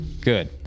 Good